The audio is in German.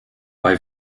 bei